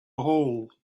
hole